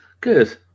Good